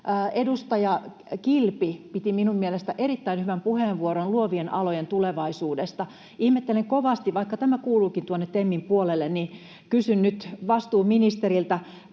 edustaja Kilpi piti mielestäni erittäin hyvän puheenvuoron luovien alojen tulevaisuudesta. Ihmettelen kovasti, ja vaikka tämä kuuluukin tuonne TEMin puolelle, kysyn nyt vastuuministeriltä,